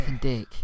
dick